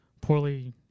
poorly